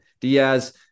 Diaz